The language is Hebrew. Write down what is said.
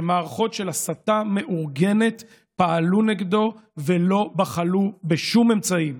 שמערכות של הסתה מאורגנת פעלו נגדו ולא בחלו בשום אמצעים.